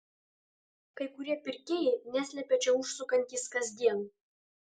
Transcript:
kai kurie pirkėjai neslepia čia užsukantys kasdien